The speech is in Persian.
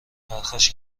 پرخاش